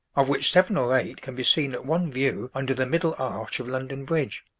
of which seven or eight can be seen at one view under the middle arch of london bridge.